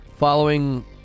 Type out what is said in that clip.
Following